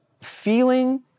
feeling